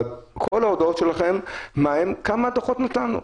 אבל כל ההודעות שלכם הן כמה דוחות נתנו.